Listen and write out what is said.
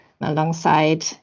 alongside